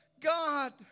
God